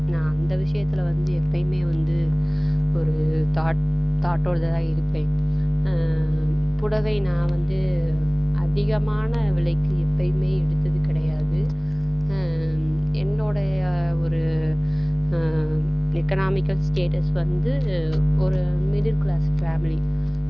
நான் அந்த விசயத்தில் வந்து எப்போயுமே வந்து ஒரு தாட் தாட்டோடு தான் இருப்பேன் புடவை நான் வந்து அதிகமான விலைக்கு எப்போயுமே எடுத்தது கிடையாது என்னுடைய ஒரு எக்கனாமிக்கல் ஸ்டேட்டஸ் வந்து ஒரு மிடில் கிளாஸ் ஃபேமிலி